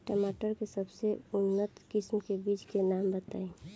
टमाटर के सबसे उन्नत किस्म के बिज के नाम बताई?